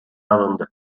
alındı